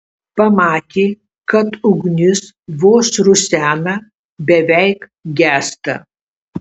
pamatė kad ugnis vos rusena beveik gęsta